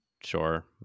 sure